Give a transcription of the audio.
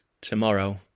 tomorrow